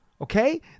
Okay